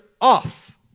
off